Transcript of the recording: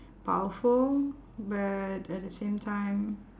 powerful but at the same time